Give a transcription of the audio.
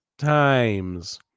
Times